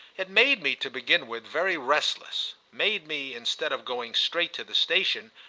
it made me, to begin with, very restless made me, instead of going straight to the station,